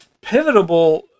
pivotal